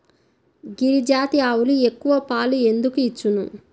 గిరిజాతి ఆవులు ఎక్కువ పాలు ఎందుకు ఇచ్చును?